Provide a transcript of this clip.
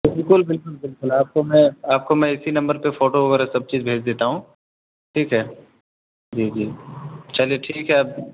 بالکل بالکل بالکل آپ کو میں آپ کو میں اسی نمبر پہ فوٹو وغیرہ سب چیز بھیج دیتا ہوں ٹھیک ہے جی جی چلیے ٹھیک ہے اب